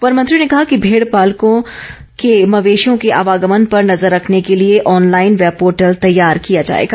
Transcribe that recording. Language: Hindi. वन मंत्री ने भेड़पालकों के मवेशियों के आवागमन को पर नजर रखने के लिए ऑनलाइन वैब पोर्टल तैयार किया जाएगा